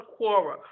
Quora